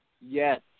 Yes